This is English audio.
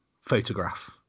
photograph